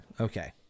okay